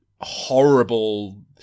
horrible